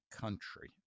country